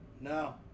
No